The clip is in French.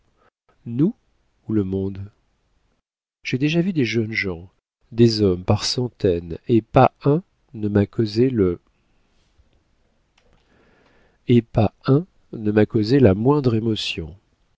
ou le monde j'ai déjà vu des jeunes gens des hommes par centaines et pas un ne m'a causé la moindre émotion